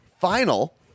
final